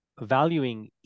valuing